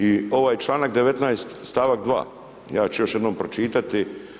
I ovaj članak 19. stavak 2, ja ću još jednom pročitati.